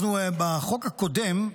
בחוק הקודם,